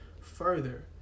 further